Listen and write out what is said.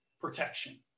protection